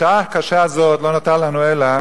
בשעה קשה זאת לא נותר לנו אלא